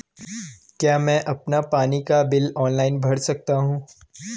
क्या मैं अपना पानी का बिल ऑनलाइन भर सकता हूँ?